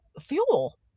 fuel